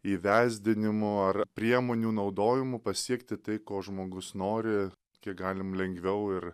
įvesdinimu ar priemonių naudojimu pasiekti tai ko žmogus nori kiek galim lengviau ir